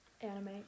Anime